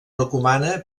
recomana